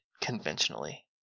conventionally